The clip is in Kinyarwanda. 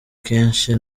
kenshi